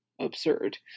absurd